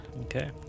Okay